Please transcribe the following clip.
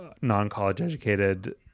non-college-educated